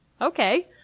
Okay